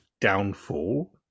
Downfall